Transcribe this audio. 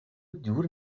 دور